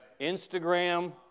Instagram